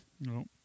No